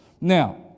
Now